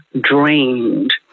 drained